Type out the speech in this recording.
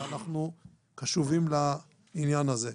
ואנחנו קשובים לעניין הזה.